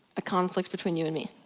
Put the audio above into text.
a conflict between you and me.